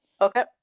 Okay